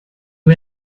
who